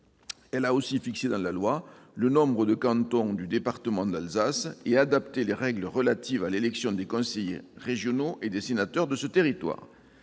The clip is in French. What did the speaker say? Elle a aussi fixé dans la loi le nombre de cantons du département d'Alsace et adapté les règles relatives à l'élection des conseillers régionaux et des sénateurs de ce territoire.